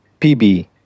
PB